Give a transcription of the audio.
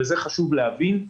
ואת זה חשוב להבין,